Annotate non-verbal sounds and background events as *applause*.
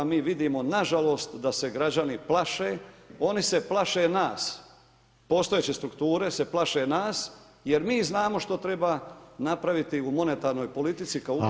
Mi vidimo nažalost da se građani plaše, oni se plaše nas, postojeće strukture se plaše nas jer mi znamo što treba napraviti u monetarnoj politici kao … *unintelligible* politici.